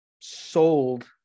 sold